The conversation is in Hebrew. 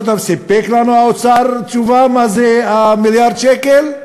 אותם: סיפק לנו האוצר תשובה מה זה מיליארד השקל?